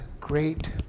great